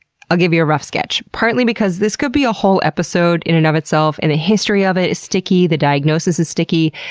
i'll give you a rough sketch, partly because this could be a whole episode in and of itself. the history of it is sticky, the diagnosis is sticky,